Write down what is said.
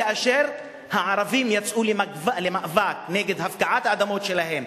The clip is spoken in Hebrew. כאשר הערבים יצאו למאבק נגד הפקעת האדמות שלהם,